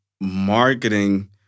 marketing